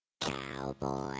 Cowboy